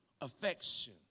affection